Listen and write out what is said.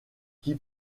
qui